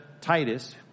Titus